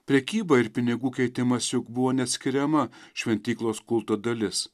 prekyba ir pinigų keitimas juk buvo neatskiriama šventyklos kulto dalis